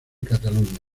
cataluña